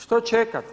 Što čekate?